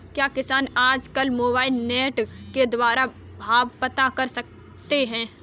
क्या किसान आज कल मोबाइल नेट के द्वारा भाव पता कर सकते हैं?